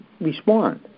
respond